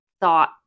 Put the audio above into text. thought